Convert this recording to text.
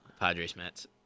Padres-Mets